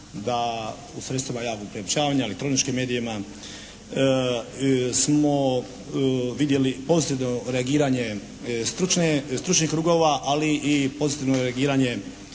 da u sredstvima javnog priopćavanja, elektroničkim medijima smo vidjeli pozitivno reagiranje stručnih krugova, ali i pozitivno reagiranje